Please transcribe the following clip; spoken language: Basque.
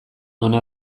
ona